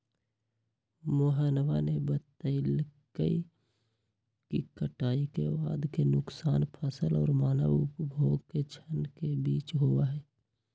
मोहनवा ने बतल कई कि कटाई के बाद के नुकसान फसल और मानव उपभोग के क्षण के बीच होबा हई